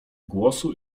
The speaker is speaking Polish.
głosu